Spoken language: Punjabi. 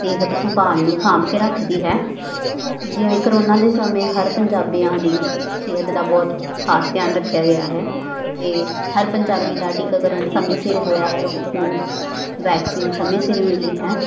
ਸਿਹਤ ਸੰਭਾਲ ਨੂੰ ਸਾਂਭ ਕੇ ਰੱਖਦੀ ਹੈ ਜਿਵੇਂ ਕਰੋਨਾ ਦੇ ਸਮੇਂ ਹਰ ਪੰਜਾਬੀਆਂ ਦੀ ਸਿਹਤ ਦਾ ਬਹੁਤ ਖਾਸ ਧਿਆਨ ਰੱਖਿਆ ਗਿਆ ਹੈ ਅਤੇ ਹਰ ਪੰਜਾਬੀ ਦਾ ਟੀਕਾਕਰਨ ਸਮੇਂ ਸਿਰ ਹੋਇਆ ਹੈ ਉਸ ਨੂੰ ਵੈਕਸੀਨ ਸਮੇਂ ਸਿਰ ਮਿਲੀ ਹੈ